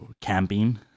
camping